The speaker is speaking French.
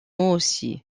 aussi